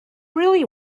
really